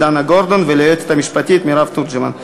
דנה גורדון וליועצת המשפטית מירב תורג'מן.